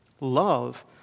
love